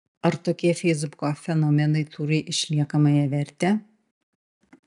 ar tokie feisbuko fenomenai turi išliekamąją vertę